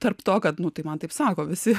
tarp to kad nu tai man taip sako visi